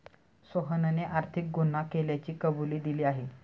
सोहनने आर्थिक गुन्हा केल्याची कबुली दिली आहे